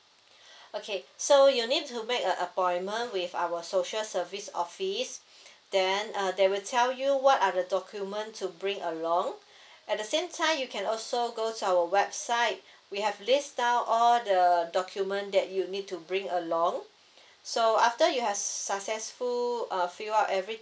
okay so you need to make a appointment with our social service office then uh they will tell you what are the document to bring along at the same time you can also go to our website we have list down all the the document that you need to bring along so after you have successful uh fill up every